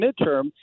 midterm